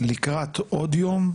לקראת עוד יום,